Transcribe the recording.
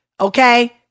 Okay